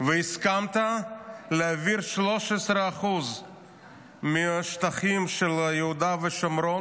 והסכמת להעביר 13% מהשטחים של יהודה ושומרון